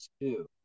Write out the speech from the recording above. two